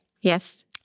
Yes